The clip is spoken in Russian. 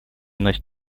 носит